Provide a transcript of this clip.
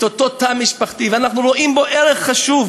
אותו תא משפחתי ושאנחנו רואים בו ערך חשוב.